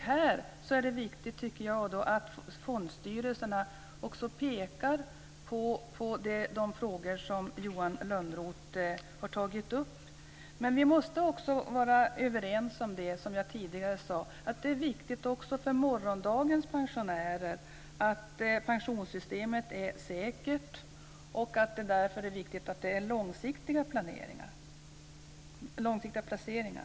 Här är det viktigt att fondstyrelserna pekar på de frågor som Johan Lönnroth har tagit upp. Men vi måste också vara överens om det jag tidigare sade, nämligen att det är viktigt för morgondagens pensionärer att pensionssystemet är säkert och att det är fråga om långsiktiga placeringar.